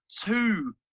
two